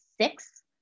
six